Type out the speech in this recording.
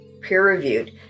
peer-reviewed